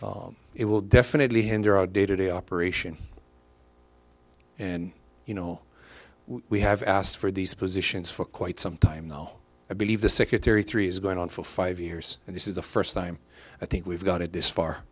time it will definitely hinder our day to day operation and you know we have asked for these positions for quite some time now i believe the secretary three is going on for five years and this is the first time i think we've got it this far